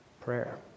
Prayer